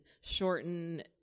shorten